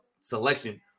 selection